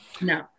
No